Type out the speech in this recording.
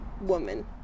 woman